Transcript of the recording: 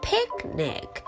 Picnic